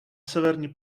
severní